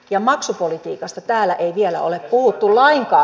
ja maksupolitiikasta täällä ei vielä ole puhuttu lainkaan